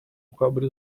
cobre